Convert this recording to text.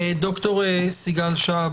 ד"ר סיגל שהב,